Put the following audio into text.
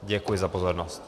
Děkuji za pozornost.